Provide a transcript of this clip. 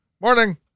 morning